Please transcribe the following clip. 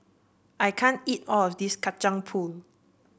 I can't eat all of this Kacang Pool